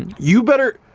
and you better.